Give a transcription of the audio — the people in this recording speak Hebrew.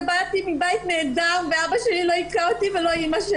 באתי מבית נהדר ואבא שלי ואימא שלי לא הכו אותי.